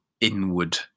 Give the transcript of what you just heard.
inward